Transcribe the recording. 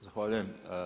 Zahvaljujem.